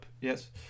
yes